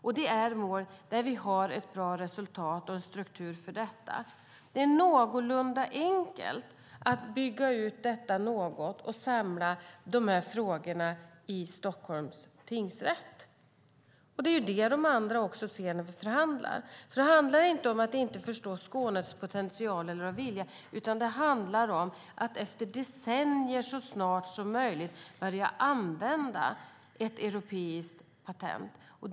Och det är mål där vi har ett bra resultat och en struktur för detta. Det är någorlunda enkelt att bygga ut detta något och samla de här frågorna i Stockholms tingsrätt. Det är också det som de andra ser när vi förhandlar. Det handlar alltså inte om att inte förstå Skånes potential eller vilja, utan det handlar om att efter decennier så snart som möjligt börja använda ett europeiskt patent.